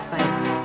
Fights